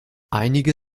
einige